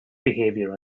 behaviour